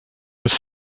was